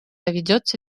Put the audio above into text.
ведется